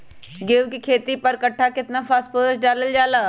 गेंहू के खेती में पर कट्ठा केतना फास्फोरस डाले जाला?